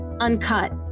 uncut